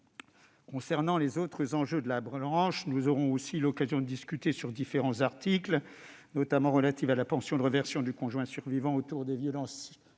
Concernant les autres enjeux de la branche, nous aurons aussi l'occasion de discuter de différents articles, notamment relatifs à la pension de réversion du conjoint survivant auteur de violences conjugales